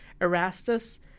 Erastus